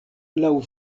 laŭ